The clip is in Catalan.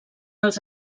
els